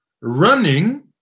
running